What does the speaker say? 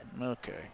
Okay